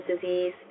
disease